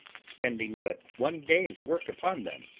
spending but one day's work upon them,